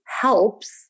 helps